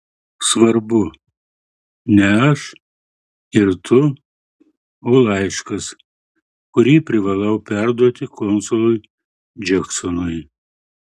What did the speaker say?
svarbu ne aš ir tu o laiškas kurį privalau perduoti konsului džeksonui